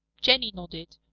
jenny nodded.